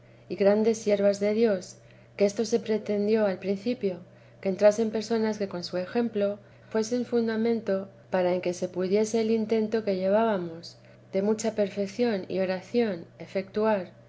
y grandes siervas de dios que esto se pretendió al principio que en trasen personas que con su ejemplo fuesen fundamento para qué se pudiese el intento que llevábamos de mucha perfeción y oración efetuar